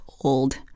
old